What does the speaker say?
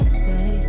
say